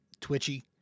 twitchy